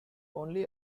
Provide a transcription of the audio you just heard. only